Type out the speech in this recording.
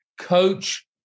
coach